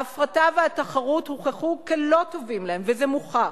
ההפרטה והתחרות הוכחו כלא טובות להם, וזה מוכח.